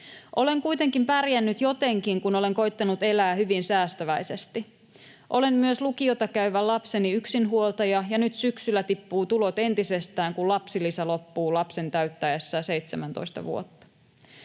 Olen kuitenkin pärjännyt jotenkin, kun olen koettanut elää hyvin säästäväisesti. Olen myös lukiota käyvän lapseni yksinhuoltaja, ja nyt syksyllä tippuu tulot entisestään, kun lapsilisä loppuu lapsen täyttäessä 17 vuotta.